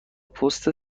پست